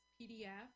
PDF